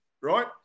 right